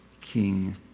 King